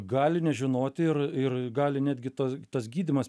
gali nežinoti ir ir gali netgi tas gydymas